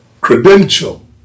credential